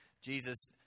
Jesus